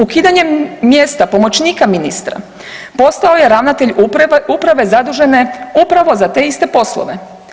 Ukidanjem mjesta pomoćnika ministra postao je ravnatelj uprave zadužene upravo za te iste poslove.